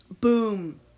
Boom